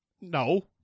No